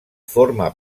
forma